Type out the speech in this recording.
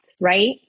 right